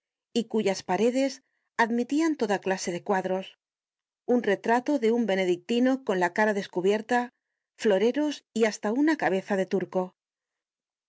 y cuyas paredes admitian toda clase de cuadros un retrato de un benedictino con la cara descubierta floreros y hasta una cabeza de turco